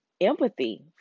empathy